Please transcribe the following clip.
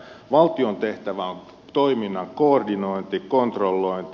valtion tehtävä on toiminnan koordinointi kontrollointi